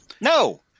No